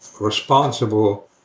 responsible